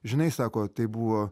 žinai sako tai buvo